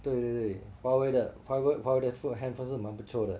对对对 Huawei 的 Huawei Huawei 的 phone handphone 是蛮不错的